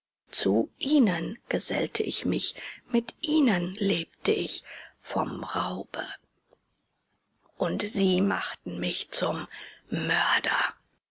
zu ihnen gesellte ich mich mit ihnen lebte ich vom raube und sie machten mich zum mörder